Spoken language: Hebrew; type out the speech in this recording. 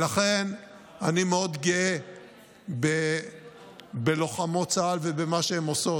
לכן אני מאוד גאה בלוחמות צה"ל ובמה שהן עושות.